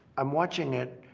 i'm watching it.